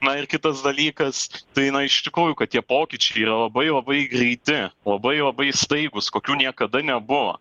na ir kitas dalykas tai iš tikrųjų kad tie pokyčiai yra labai labai greiti labai labai staigūs kokių niekada nebuvo